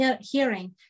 hearing